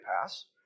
pass